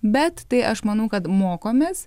bet tai aš manau kad mokomės